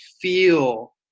feel